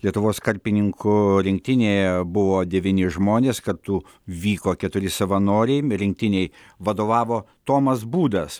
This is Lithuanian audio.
lietuvos karpininkų rinktinėje buvo devyni žmonės kartu vyko keturi savanoriai rinktinei vadovavo tomas būdas